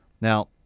Now